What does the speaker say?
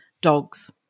dogs